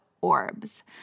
orbs